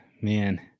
man